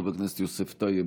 חבר הכנסת יוסף טייב,